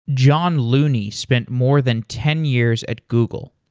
john looney spent more than ten years at google.